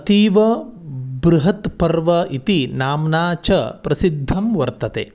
अतीव बृहत् पर्व इति नाम्ना च प्रसिद्धं वर्तते